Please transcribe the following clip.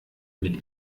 mit